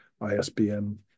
ISBN